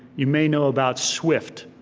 you may know about swift,